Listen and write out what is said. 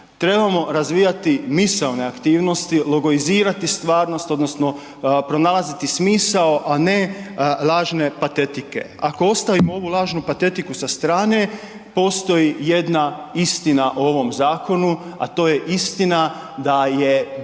Trebamo razvijati misaone aktivnosti, logoizirati stvarnost odnosno pronalaziti smisao a ne lažne patetike. Ako ostavimo ovu lažnu patetiku sa strane postoji jedna istina o ovom zakonu a to je istina da je bila